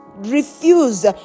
Refuse